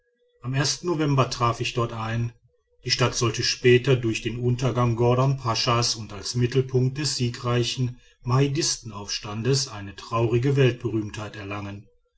am november traf ich dort ein die stadt sollte später durch den untergang gordon paschas und als mittelpunkt des siegreichen mahdistenaufstands eine traurige weltberühmtheit erlangen